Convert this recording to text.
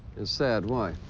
it's sad? why?